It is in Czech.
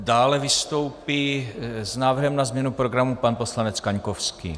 Dále vystoupí s návrhem na změnu programu pan poslanec Kaňkovský.